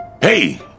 Hey